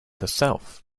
herself